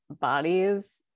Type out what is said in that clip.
bodies